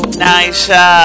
nice